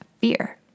fear